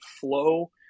flow